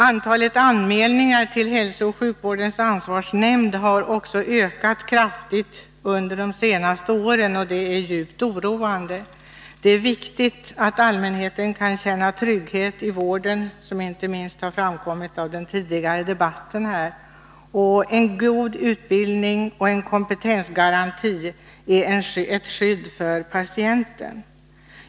Antalet anmälningar till hälsooch sjukvårdens ansvarsnämnd har också ökat kraftigt under de senaste åren. Det är djupt oroande. Det är viktigt att allmänheten kan känna trygghet i vården, som inte minst framkommit av den tidigare debatten här. En god utbildning och en kompetensgaranti är ett skydd för patienten.